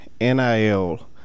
nil